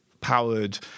powered